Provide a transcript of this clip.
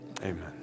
Amen